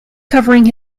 covering